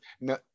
no